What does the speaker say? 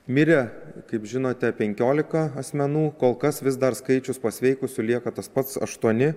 mirė kaip žinote penkiolika asmenų kol kas vis dar skaičius pasveikusių lieka tas pats aštuoni